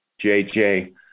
JJ